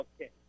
okay